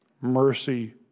mercy